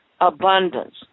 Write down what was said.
abundance